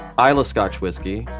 ah ah scotch whiskey,